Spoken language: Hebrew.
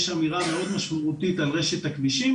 אמירה מאוד משמעותית על רשת הכבישים,